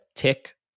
Tick